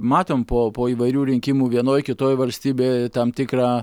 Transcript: matom po po įvairių rinkimų vienoj kitoj valstybėj tam tikrą